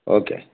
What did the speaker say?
okay